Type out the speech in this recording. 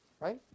right